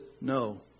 no